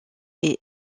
est